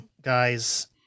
guys